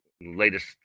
latest